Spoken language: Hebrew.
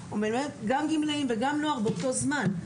מלמד גם גמלאים וגם נוער באותו זמן.